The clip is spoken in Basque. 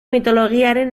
mitologiaren